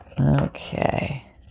Okay